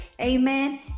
Amen